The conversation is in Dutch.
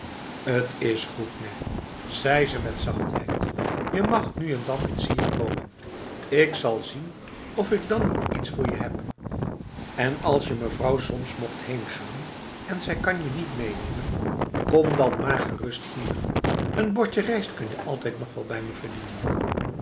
het is goed nèh zei ze met zachtheid je mag nu en dan eens hier komen ik zal zien of ik dan niet iets voor je heb en als je mevrouw soms mocht heengaan en zij kan je niet meenemen kom dan maar gerust hier n bordje rijst kan je altijd nog wel bij me verdienen